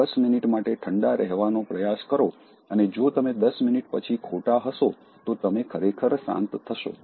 ૧૦ minute માટે ઠંડા રહેવાનો પ્રયાસ કરો અને જો તમે ૧૦ મિનિટ પછી ખોટા હશો તો તમે ખરેખર શાંત થશો